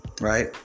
Right